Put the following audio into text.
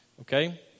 okay